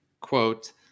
quote